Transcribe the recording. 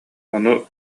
ону